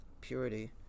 purity